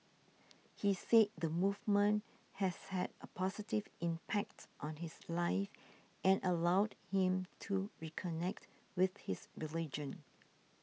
he said the movement has had a positive impact on his life and allowed him to reconnect with his religion